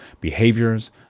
behaviors